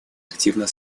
активно